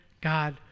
God